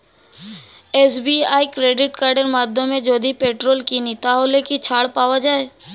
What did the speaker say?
SBI credit কার্ডের মাধ্যমে যদি পেট্রোল কিনি তাহলে কি ছাড় পাওয়া যায়?